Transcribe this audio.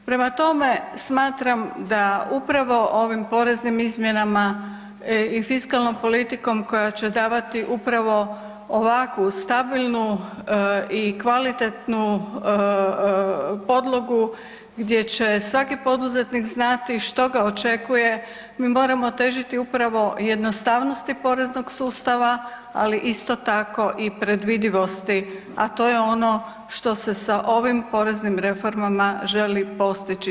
Prema tome, smatram da upravo ovim poreznim izmjenama i fiskalnom politikom koja će davati upravo ovakvu stabilnu i kvalitetnu podlogu, gdje će svaki poduzetnik znati što ga očekuje, mi moramo težiti upravo jednostavnosti poreznog sustava, ali isto tako i predvidivosti, a to je ono što se sa ovim poreznim reformama želi postići.